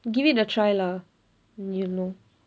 give it a try lah then you know